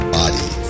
body